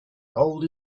gold